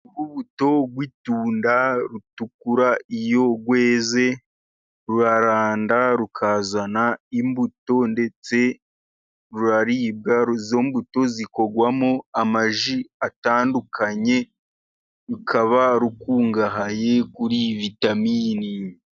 Urubuto rw'itunda rutukura iyo rweze, ruraranda, rukazana imbuto, ndetse ruraribwa, izo mbuto zikorwamo amaji atandukanye, rukaba rukungahaye kuri vitamini.